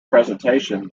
presentation